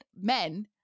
men